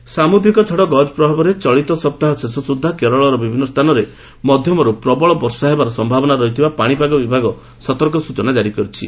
cyclone ସାମୁଦ୍ରିକ ଝଡ 'ଗକ' ପ୍ରଭାବରେ ଚଳିତ ସପ୍ତାହ ଶେଷ ସୁଦ୍ଧା କେରଳର ବିଭିନ୍ନ ସ୍ଥାନରେ ମଧ୍ୟମରୁ ପ୍ରବଳ ବର୍ଷାରେ ସମ୍ଭାବନା ରହିଥିବା ଭାରତୀୟ ପାଣିପାଗ ବିଭାଗ ସତର୍କ ସୂଚନା କାରି କରିଛି